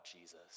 Jesus